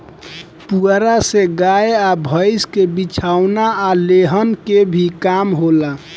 पुआरा से गाय आ भईस के बिछवाना आ लेहन के भी काम होला